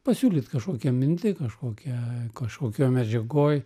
pasiūlyt kažkokią mintį kažkokią kažkokioj medžiagoj